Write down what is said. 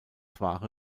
ware